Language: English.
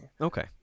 Okay